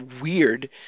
weird